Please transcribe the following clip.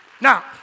now